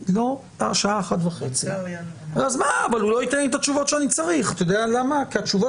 השעה 13:30 וד"ר שלמון לא ייתן לי את התשובות שאני צריך כי התשובות